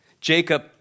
Jacob